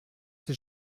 ces